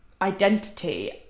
identity